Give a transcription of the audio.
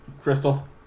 Crystal